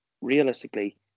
realistically